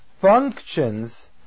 functions